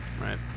Right